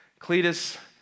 Cletus